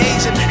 Asian